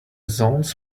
zones